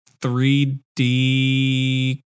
3d